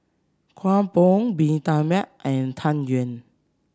Kueh Bom Bee Tai Mak and Tang Yuen